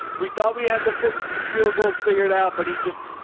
we thought we had the field goals figured out, but he just,